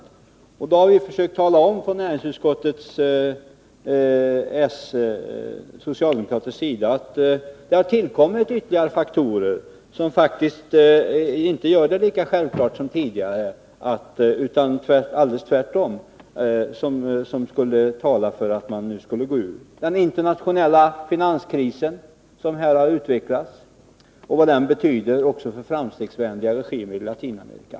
Från socialdemokratisk sida har vi då försökt tala om i näringsutskottet att det tillkommit ytterligare faktorer, som faktiskt gör att det inte är lika självklart som tidigare att gå ur banken; de talar tvärtom för att man inte bör göra det. En faktor är den internationella finanskrisen och dess betydelse också för framstegsvänliga regimer i Latinamerika.